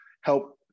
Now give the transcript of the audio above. help